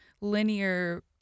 linear